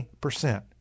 percent